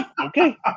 okay